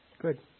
Good